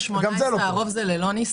4.18, הרוב זה ללא ניסיון.